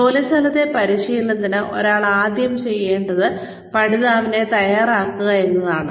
ജോലിസ്ഥലത്തെ പരിശീലനത്തിന് ഒരാൾ ആദ്യം ചെയ്യേണ്ടത് പഠിതാവിനെ തയ്യാറാക്കുക എന്നതാണ്